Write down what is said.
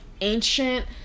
ancient